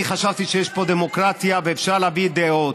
אני חשבתי שיש פה דמוקרטיה ואפשר להביע דעות.